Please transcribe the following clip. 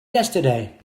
yesterday